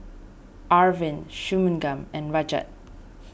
Arvind Shunmugam and Rajat